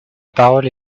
parole